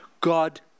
God